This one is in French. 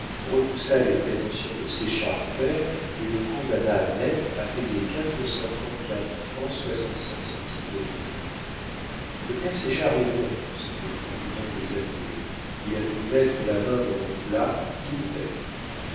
repoussa les prétentions de séchard père et le condamna net à payer quatre cent trente-quatre francs soixante-cinq centimes de frais le père séchard est bon se dirent en riant les avoués il a voulu mettre la main dans le plat qu'il paye